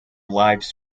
lives